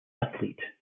athlete